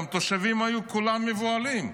התושבים היו כולם מבוהלים.